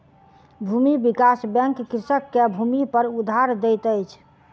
भूमि विकास बैंक कृषक के भूमिपर उधार दैत अछि